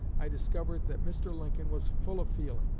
i discovered that mr. lincoln was full of feeling,